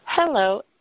Hello